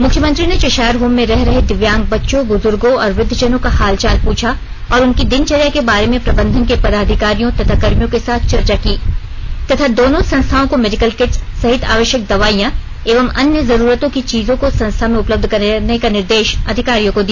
मुख्यमंत्री ने Cheshire home में रह रहे दिव्यांग बच्चों बुजुर्गो और वुद्वजनों का हालचाल पूछा और उनकी दिनचर्या के बारे में प्रबंधन के पदाधिकारियों तथा कर्मियों के साथ चर्चा की तथा दोनों संस्थाओं को मेडिकल किट सहित आवश्यक दवाइयां एवं अन्य जरूरतों की चीजों को संस्था में उपलब्ध कराने का निर्देश अधिकारियों को दिया